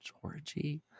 Georgie